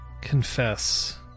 confess